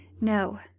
No